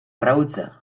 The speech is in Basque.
arrautza